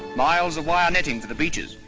miles of wire netting for the beaches.